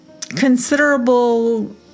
considerable